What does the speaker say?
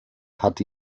hat